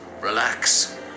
Relax